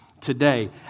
today